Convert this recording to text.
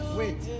wait